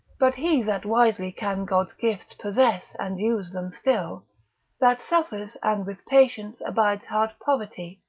but he that wisely can god's gifts possess and use them still that suffers and with patience abides hard poverty,